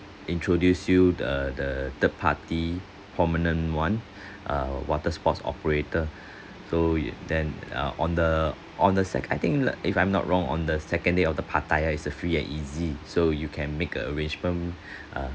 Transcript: introduce you the the third party prominent one err water sports operator so then uh on the on the sec~ I think if I'm not wrong on the second day of the pattaya it's a free and easy so you can make a arrangement